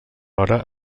hora